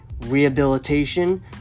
rehabilitation